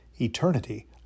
Eternity